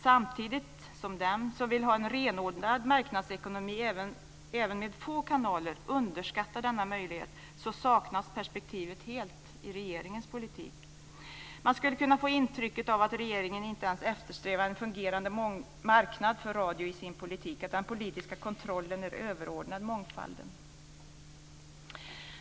Samtidigt som den som vill ha en renodlad marknadsekonomi även med få kanaler underskattar denna möjlighet saknas perspektivet helt i regeringens politik. Man skulle kunna få intrycket att regeringen inte ens eftersträvar en fungerande marknad för radio i sin politik, att den politiska kontrollen är överordnad mångfalden.